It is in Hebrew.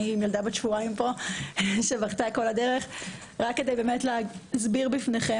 אני עם ילדה בת שבועיים פה שבכתה כל הדרך רק להסביר בפניכם